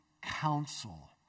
counsel